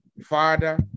Father